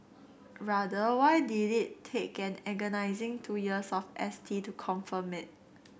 rather why did it take an agonising two years of S T to confirm it